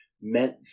meant